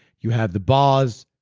you have the bars,